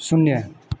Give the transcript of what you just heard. शून्य